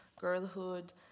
girlhood